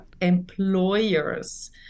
employers